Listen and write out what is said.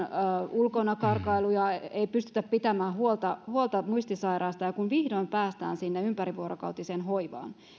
ulos karkailuja ei pystytä pitämään huolta huolta muistisairaasta ja kun vihdoin päästään sinne ympärivuorokautiseen hoivaan niin